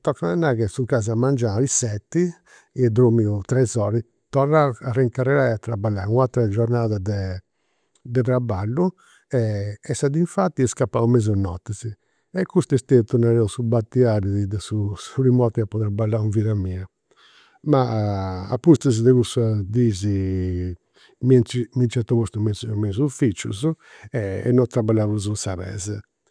Tocat a nai ca s'incrasi a mengianu, is seti, ia dromiu tres oras, torrau a incarrerai a traballai u' atera giornada de de traballu e sa dì infatu ia a mesunotis. E custu est stetiu nareus su batiari de su sa primu 'orta chi apu traballau in vida mia. Ma apustis de cussas dis mi nci mi nci iant postu me in s'ufficius e non traballà prus in sa pesa